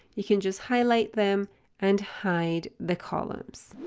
you can just highlight them and hide the columns.